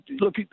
Look